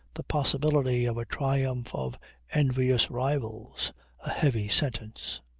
the possibility of a triumph of envious rivals a heavy sentence.